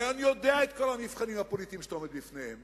ואני יודע את כל המבחנים הפוליטיים שאתה עומד בפניהם.